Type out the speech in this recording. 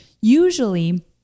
usually